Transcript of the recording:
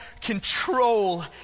control